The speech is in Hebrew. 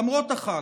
למרות החג,